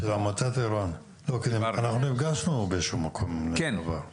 אנחנו נפגשנו באיזשהו מקום, אם אני לא טועה.